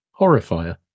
Horrifier